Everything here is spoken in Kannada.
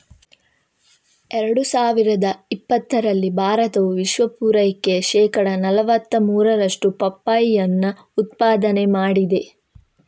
ಎರಡು ಸಾವಿರದ ಇಪ್ಪತ್ತರಲ್ಲಿ ಭಾರತವು ವಿಶ್ವ ಪೂರೈಕೆಯ ಶೇಕಡಾ ನಲುವತ್ತ ಮೂರರಷ್ಟು ಪಪ್ಪಾಯಿಯನ್ನ ಉತ್ಪಾದನೆ ಮಾಡಿದೆ